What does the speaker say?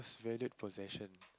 valued possession